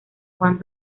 juan